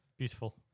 beautiful